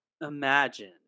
imagine